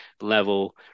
level